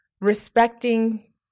respecting